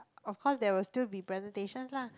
of course there will still be presentations lah